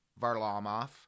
Varlamov